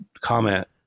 comment